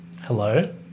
Hello